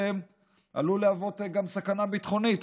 עלול גם להוות סכנה ביטחונית.